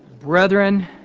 Brethren